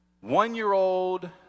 one-year-old